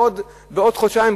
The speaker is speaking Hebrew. בעוד חודשיים,